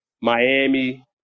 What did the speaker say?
Miami